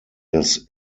des